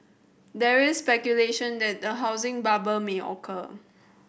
there is speculation that the housing bubble may occur